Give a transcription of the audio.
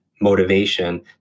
motivation